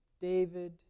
David